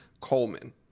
Coleman